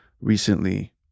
recently